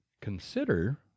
Consider